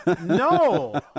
No